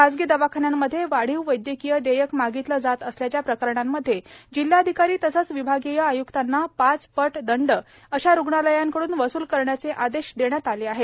खाजगी दवाखान्यांमध्ये वाढीव मेडिकल बिल मागितल्या जात असल्याच्या प्रकरणांमध्ये जिल्हाधिकारी तसेच विभागीय आय्क्तांना पाच पट दंड अशा हॉस्पिटलकडून वसूल करण्याचे आदेश देण्यात आले आहे